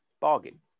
bargain